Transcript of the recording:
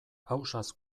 ausaz